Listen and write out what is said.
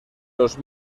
los